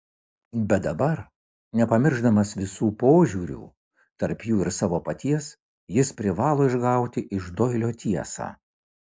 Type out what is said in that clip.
bet dabar nepamiršdamas visų požiūrių tarp jų ir savo paties jis privalo išgauti iš doilio tiesą